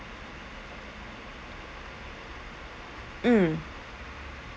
mm